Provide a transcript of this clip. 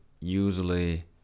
usually